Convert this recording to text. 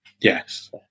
Yes